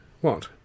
What